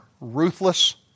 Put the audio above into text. ruthless